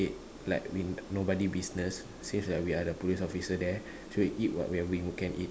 like we nobody business since we we are the police officer there so we eat what whatever we can eat